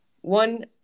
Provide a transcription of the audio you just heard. one